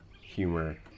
humor